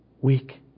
Weak